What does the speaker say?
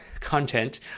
content